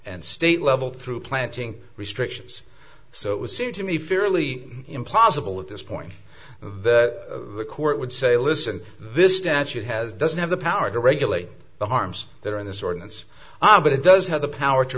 and state level through planting restrictions so it would seem to me fairly impossible at this point the court would say listen this statute has doesn't have the power to regulate the harms that are in this ordinance but it does have the power to